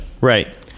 Right